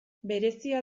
berezia